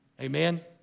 Amen